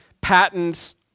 patents